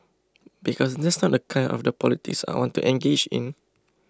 because that's not the kind of the politics I want to engage in